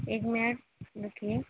ایک منٹ رکیے